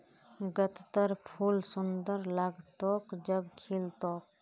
गत्त्रर फूल सुंदर लाग्तोक जब खिल तोक